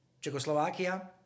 Czechoslovakia